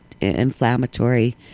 inflammatory